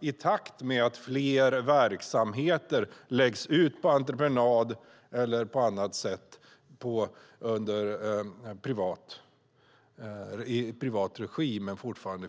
i takt med att fler verksamheter har lagts ut på entreprenad i privat regi men fortfarande är offentligt finansierade.